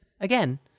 again